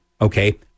Okay